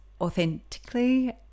authentically